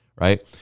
right